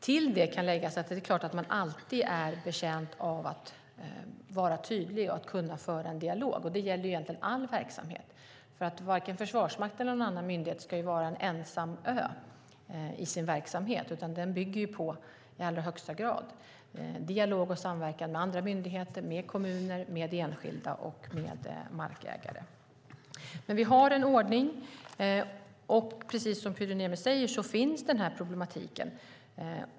Till det kan läggas att man självfallet alltid är betjänt av att vara tydlig och kunna föra en dialog. Det gäller all verksamhet. Varken Försvarsmakten eller någon annan myndighet ska vara en ensam ö, utan verksamheten bygger i allra högsta grad på dialog och samverkan med andra myndigheter, kommuner, markägare och enskilda. Vi har en ordning, och precis som Pyry Niemi säger finns denna problematik.